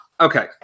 Okay